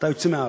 אתה יוצא מהארץ.